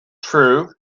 true